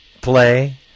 play